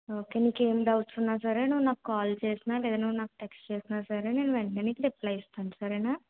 okay నీకు ఏమి doubts ఉన్నాసరే నువ్వు నాకు కాల్ చేసి లేదా నువ్వు నాకు టెక్స్ట్ చేసిన సరే నేను వెంటనే నీకు రిప్లై ఇస్తాను సరేనా